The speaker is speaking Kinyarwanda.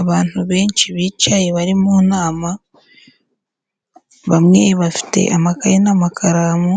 Abantu benshi bicaye bari mu nama, bamwe bafite amakaye n'amakaramu,